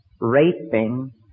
raping